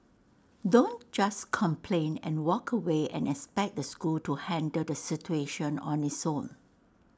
don't just complain and walk away and expect the school to handle the situation on its own